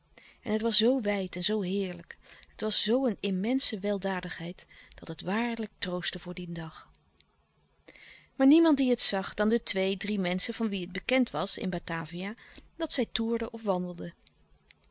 en het was zoo wijd en zoo heerlijk het was zoo een immense weldadigheid dat het waarlijk troostte voor dien dag maar niemand die het zag dan de twee drie menschen van wie het bekend was in batavia dat zij toerden of wandelden